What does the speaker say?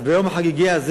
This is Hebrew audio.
אז ביום החגיגי הזה